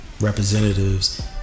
representatives